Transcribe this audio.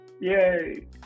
Yay